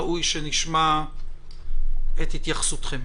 ראוי שנשמע את התייחסותכם.